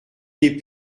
des